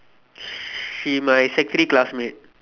she my sec three classmate